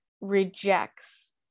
rejects